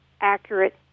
accurate